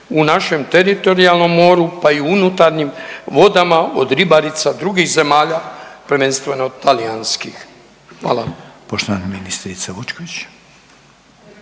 u našem teritorijalnom moru pa unutarnjim vodama od ribarica drugih zemalja prvenstveno talijanskih? Hvala.